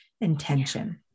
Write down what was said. intention